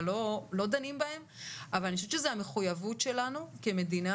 לא דנים בהם אבל אני חושבת שזו המחויבות שלנו כמדינה,